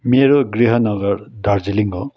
मेरो गृह नगर दार्जिलिङ हो